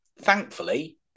thankfully